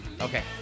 okay